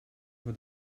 for